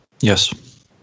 Yes